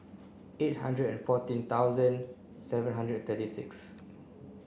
eight hundred and fourteen thousand seven hundred and thirty six